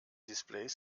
displays